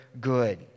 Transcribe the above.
good